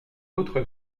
autre